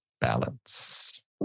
Balance